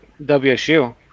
WSU